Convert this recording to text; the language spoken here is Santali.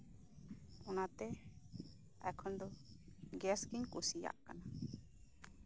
ᱚᱱᱟᱛᱮ ᱮᱠᱷᱚᱱ ᱫᱚ ᱜᱮᱥ ᱜᱤᱧ ᱠᱩᱥᱤᱜ ᱠᱟᱱᱟ